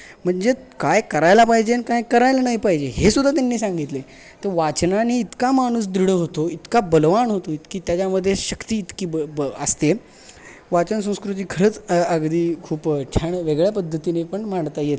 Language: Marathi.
म्हणजे काय करायला पाहिजे अन् काय करायला नाही पाहिजे हेसुद्धा त्यांनी सांगितले तर वाचनाने इतका माणूस दृढ होतो इतका बलवान होतो इतकी त्याच्यामध्ये शक्ती इतकी ब ब असते वाचन संस्कृती खरंच अगदी खूप छान वेगळ्या पद्धतीने पण मांडता येते